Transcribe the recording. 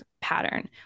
pattern